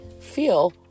feel